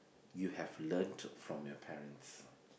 you have learnt from your parents